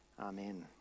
Amen